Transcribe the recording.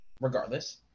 regardless